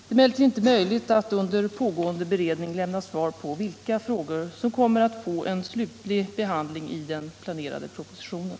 Det är emellertid inte möjligt att under på 141 gående beredning lämna svar på vilka frågor som kommer att få en slutlig behandling i den planerade propositionen.